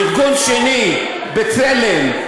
ארגון שני, "בצלם"